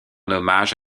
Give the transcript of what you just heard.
hommage